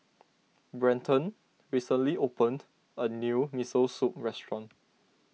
Brenton recently opened a new Miso Soup restaurant